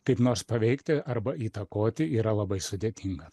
kaip nors paveikti arba įtakoti yra labai sudėtinga